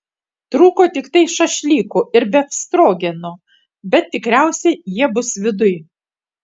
trūko tiktai šašlyko ir befstrogeno bet tikriausiai jie bus viduj